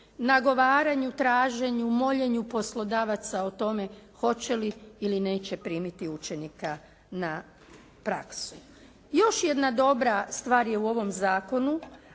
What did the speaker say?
Nagovaranju, traženju, moljenju poslodavaca o tome hoće li ili neće primiti učenika na praksu. Još jedna dobra stvar je u ovom zakonu,